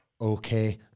okay